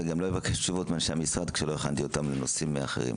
וגם לא אבקש תשובות מאנשי המשרד כשלא הכנסתי אותם לנושאים אחרים.